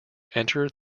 entered